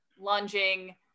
lunging